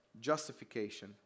justification